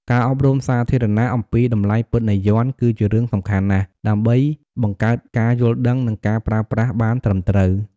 ការអប់រំសាធារណៈអំពីតម្លៃពិតនៃយ័ន្ត គឺជារឿងសំខាន់ណាស់ ដើម្បីបង្កើតការយល់ដឹង និងការប្រើប្រាស់បានត្រឹមត្រូវ។